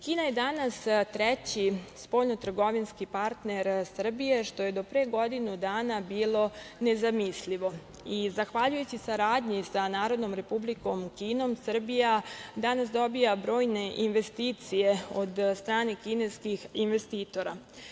Kina je danas treći spoljnotrgovinski partner Srbije, što je do pre godinu dana bilo nezamislivo i, zahvaljujući saradnji sa Narodnom Republikom Kinom, Srbija danas dobija brojne investicije od strane kineskih investitora.